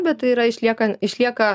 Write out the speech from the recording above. bet tai yra išliekan išlieka